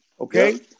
okay